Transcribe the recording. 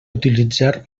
utilitzar